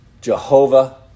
Jehovah